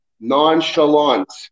Nonchalant